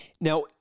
Now